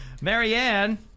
Marianne